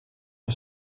the